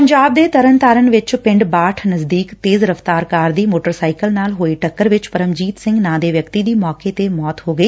ਪੰਜਾਬ ਦੇ ਤਰਨਤਾਰਨ ਚ ਪੈਂਡ ਬਾਠ ਨਜ਼ਦੀਕ ਤੇਜ਼ ਰਫਤਾਰ ਕਾਰ ਦੀ ਸੋਟਰਸਾਇਕਲ ਨਾਲ ਹੋਈ ਟਕੱਰ ਵਿਚ ਪਰਮਜੀਤ ਸਿੰਘ ਨਾਂ ਦੇ ਵਿਅਕਤੀ ਦੀ ਮੌਕੇ ਤੇ ਹੀ ਮੌਤ ਹੋ ਗਈ